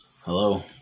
Hello